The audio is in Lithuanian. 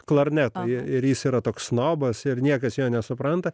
klarnetą ir jis yra toks snobas ir niekas jo nesupranta